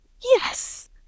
Yes